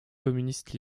communistes